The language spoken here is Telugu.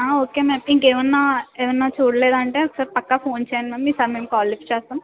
ఓకే మ్యామ్ ఇంకేమన్నా ఏమన్నా చూడలేదా అంటే ఒకసారి పక్కా ఫోన్ చెయ్యండి మ్యామ్ ఈసారి మేము కాల్ లిఫ్ట్ చేస్తాము